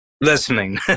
listening